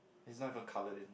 he's not even colour in